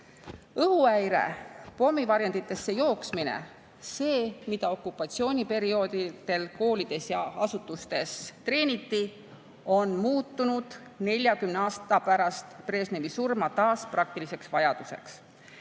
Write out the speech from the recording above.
Õhuhäire, pommivarjenditesse jooksmine – see, mida okupatsiooniperioodidel koolides ja asutustes treeniti, on muutunud 40 aastat pärast Brežnevi surma taas praktiliseks vajaduseks. Millised